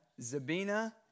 Zabina